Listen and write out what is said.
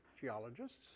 geologists